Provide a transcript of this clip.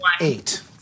eight